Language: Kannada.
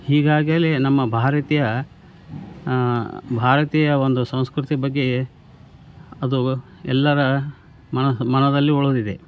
ಈಗಾಗಲೇ ನಮ್ಮ ಭಾರತ ಭಾರತೀಯ ಒಂದು ಸಂಸ್ಕೃತಿ ಬಗ್ಗೆ ಅದು ಎಲ್ಲರ ಮನ ಮನದಲ್ಲಿ ಉಳಿದಿದೆ